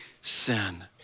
sin